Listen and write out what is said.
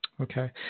Okay